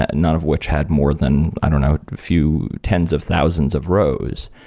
ah and none of which had more than, i don't know, a few tens of thousands of rows.